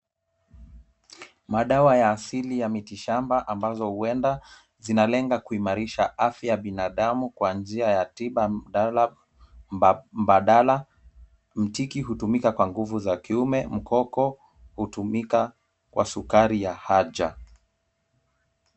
Madawa ya asili ya mitishamba ambazo huenda zinalenga kuimarisha afya ya binadamu kwa njia ya tiba mbadala. Mtiki hutumika kwa nguvu za kiume. Mkoko hutumika kwa sukari ya haja.